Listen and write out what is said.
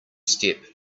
step